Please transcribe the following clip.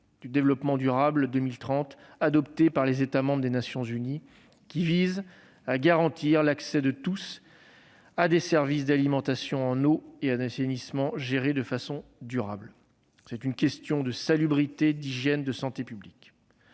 de développement durable 2030 adoptés par les États membres des Nations unies qui visent à garantir l'accès de tous à des services d'alimentation en eau et à un assainissement gérés de façon durable. C'est une question de salubrité, d'hygiène et de santé publique.